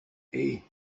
hey